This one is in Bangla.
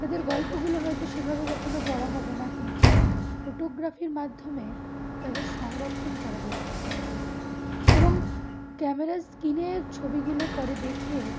তাদের গল্পগুলো হয়তো সেভাবে কখনও পড়া হবে না কিন্তু ফটোগ্রাফির মাধ্যমে তাদের সংরক্ষণ করা যেতে পারে এবং ক্যামেরা স্ক্রিনে ছবিগুলো পরে দেখে